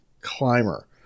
climber